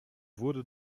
wurde